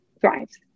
thrives